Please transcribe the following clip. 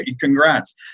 congrats